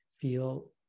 feel